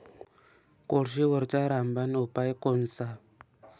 कोळशीवरचा रामबान उपाव कोनचा?